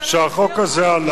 כשהחוק הזה עלה,